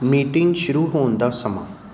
meeting ਸ਼ੁਰੂ ਹੋਣ ਦਾ ਸਮਾਂ